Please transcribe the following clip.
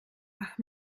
ach